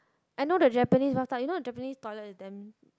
I know the Japanese bathtub you know Japanese toilet is damn